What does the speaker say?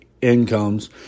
incomes